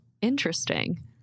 Interesting